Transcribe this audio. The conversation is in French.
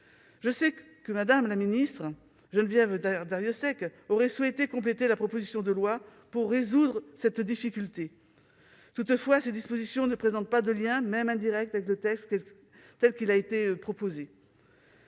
des anciens combattants, que vous auriez souhaité compléter la proposition de loi pour résoudre cette difficulté. Toutefois, ces dispositions ne présentent pas de lien, même indirect, avec le texte tel qu'il a été proposé.